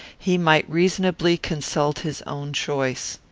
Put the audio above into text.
he might reasonably consult his own choice.